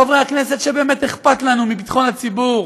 חברי הכנסת שבאמת אכפת לנו מביטחון הציבור,